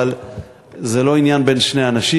אבל זה לא עניין בין שני אנשים,